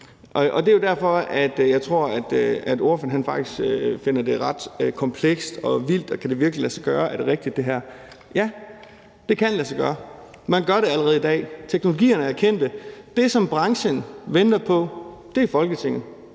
Og det er jo derfor, at jeg tror, at ordføreren faktisk finder det ret komplekst og vildt og tænker, om det her virkelig kan lade sig gøre, og om det er rigtigt. Ja, det kan lade sig gøre. Man gør det allerede i dag. Teknologierne er kendte. Det, som branchen venter på, er Folketinget.